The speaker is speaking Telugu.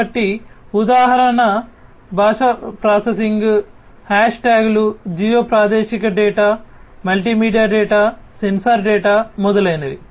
కాబట్టి ఉదాహరణ భాషా ప్రాసెసింగ్ హాష్ ట్యాగ్లు జియో ప్రాదేశిక data multimedia data sensor data మొదలైనవి